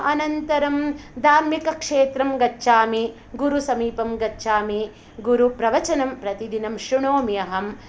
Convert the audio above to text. अनन्तरं धार्मिकक्षेत्रं गच्छामि गुरुसमीपं गच्छामि गुरुप्रवचनं प्रतिदिनं श्रुणोमि अहं